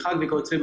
המרחק ממנו וכיו"ב.